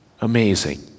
amazing